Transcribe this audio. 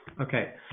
okay